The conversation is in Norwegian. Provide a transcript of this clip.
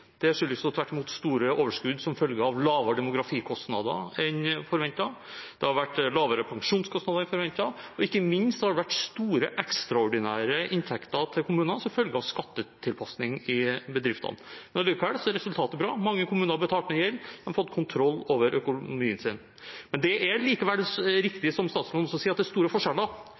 det skyldes tvert imot store overskudd som følge av lavere demografikostnader enn forventet. Det har vært lavere pensjonskostnader enn forventet. Ikke minst har det vært store ekstraordinære inntekter til kommunene som følge av skattetilpasning i bedriftene. Men allikevel: Resultatet er bra. Mange kommuner har betalt ned gjeld og fått kontroll over økonomien sin. Det er likevel riktig, som statsråden også sier, at det er store forskjeller,